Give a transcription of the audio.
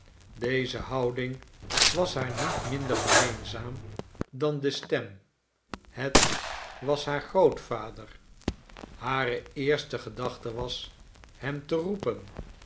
deze houding was haar niet minder gemeenzaam dan de stem het was haar grootvader hare eerste gedachte was hem te roepen